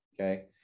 okay